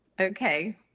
Okay